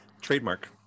trademark